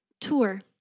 tour